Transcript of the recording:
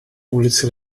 ulici